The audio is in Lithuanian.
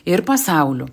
ir pasauliu